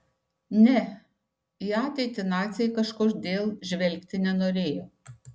ne į ateitį naciai kažkodėl žvelgti nenorėjo